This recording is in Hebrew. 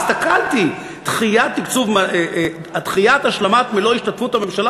הסתכלתי: דחיית השלמת מלוא השתתפות הממשלה